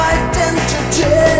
identity